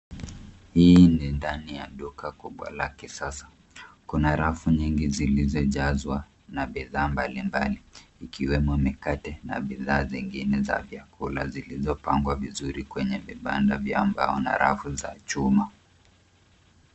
Hii ni ndani ya duka kubwa la kisasa. Kuna rafu nyingi zilizojazwa na bidhaa mbalimbali ikiwemo mikate na bidhaa zingine za vyakula zilizopangwa vizuri kwenye vibanda vya mbao na rafu za chuma.